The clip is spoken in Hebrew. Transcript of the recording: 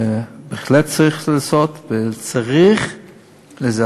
זה הכול שטויות והבלים.